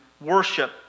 worship